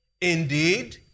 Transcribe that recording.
Indeed